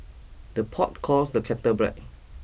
the pot calls the kettle black